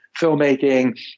filmmaking